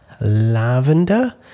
lavender